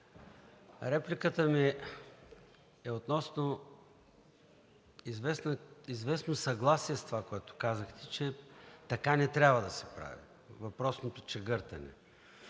репликата ми е относно известно съгласие с това, което казахте – че така не трябва да се прави въпросното чегъртане.